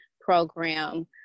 program